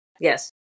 Yes